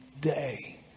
day